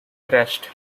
crushed